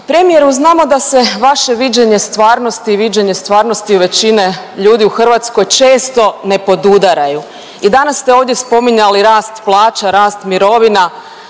Premijeru, znamo da se vaše viđenje stvarnosti i viđenje stvarnosti većine ljudi u Hrvatskoj često ne podudaraju i danas ste ovdje spominjali rast plaća, rast mirovina